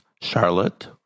Charlotte